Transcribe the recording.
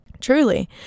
truly